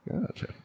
Gotcha